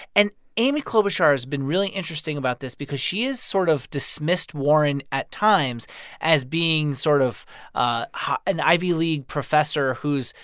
and amy klobuchar has been really interesting about this because she has sort of dismissed warren at times as being sort of ah an ivy league professor who's,